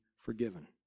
forgiven